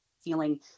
feeling